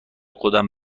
خودمم